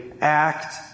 act